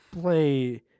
play